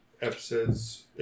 episodes